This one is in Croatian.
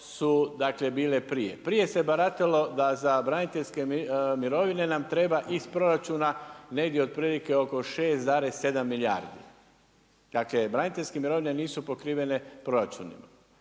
bile prije. Prije se baratalo da za braniteljske mirovine nam treba iz proračuna negdje otprilike oko 6,7 milijardi. Dakle braniteljske mirovine nisu pokrivene proračunima.